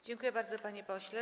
Dziękuję bardzo, panie pośle.